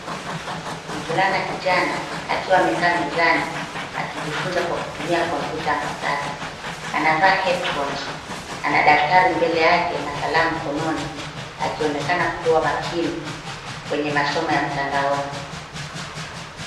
Mvulana kijana akiwa amekaa mezani akijifunza kwa kutumia kompyuta mpakato anavaa head phones Ana daftari mbele yake na kalamu mkononi akionekana kuwa makini kwenye masomo ya mtandaoni.